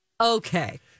Okay